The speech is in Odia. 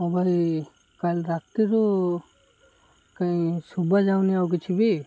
ହଁ ଭାଇ କାଲି ରାତିରୁ କାଇଁ ଶୁଭାଯାଉନି ଆଉ କିଛି ବି